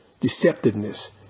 deceptiveness